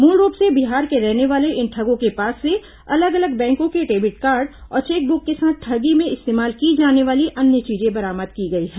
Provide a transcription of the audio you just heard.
मूलरूप से बिहार के रहने वाले इन ठगों के पास से अलग अलग बैंकों के डेबिड कार्ड और चेकब्क के साथ ठगी में इस्तेमाल की जाने वाली अन्य चीजें बरामद की गई हैं